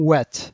Wet